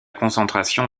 concentration